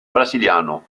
brasiliano